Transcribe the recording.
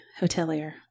hotelier